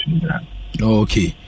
Okay